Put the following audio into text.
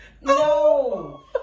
No